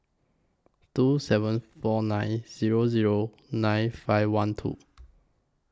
two seven four nine Zero Zero nine five one two